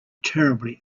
terribly